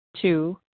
two